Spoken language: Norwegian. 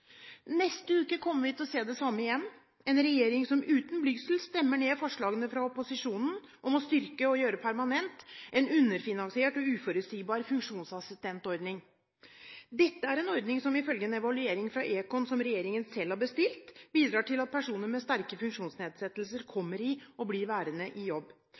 Neste uke kommer vi til å se det samme igjen: en regjering som uten blygsel stemmer ned forslagene fra opposisjonen om å styrke og gjøre permanent en underfinansiert og uforutsigbar funksjonsassistentordning. Dette er en ordning som ifølge en evaluering fra Econ Pöyry regjeringen selv har bestilt, «bidrar til at personer med sterke funksjonsnedsettelser kommer i, og blir værende i jobb».